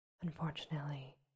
Unfortunately